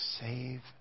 save